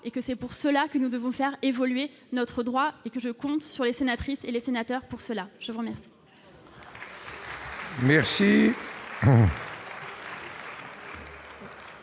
et que c'est pour cela que nous devons faire évoluer notre droit et que je compte sur les sénatrices et les sénateurs pour cela je vous remercie. Je